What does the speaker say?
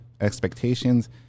expectations